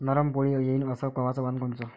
नरम पोळी येईन अस गवाचं वान कोनचं?